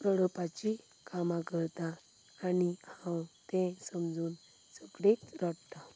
रडोपाची कामां करता आनी हांव तें समजून सदीच रडटां